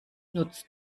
nutzt